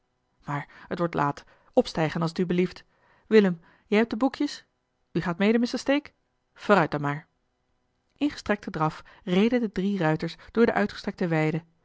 maar het wordt laat opstijgen als het u belieft willem jij hebt de boekjes u gaat mede mr stake vooruit dan maar in gestrekten draf reden de drie ruiters door de uitgestrekte weide